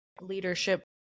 leadership